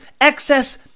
excess